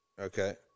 Okay